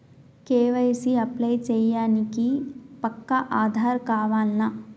KYC apply చేయనీకి పక్కా ఆధార్ కావాల్నా?